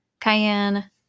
cayenne